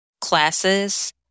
classes